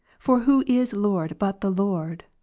for who is lord but the lord?